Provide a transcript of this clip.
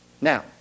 Now